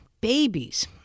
Babies